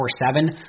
24-7